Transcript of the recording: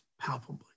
palpably